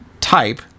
type